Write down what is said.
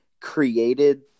created